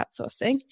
outsourcing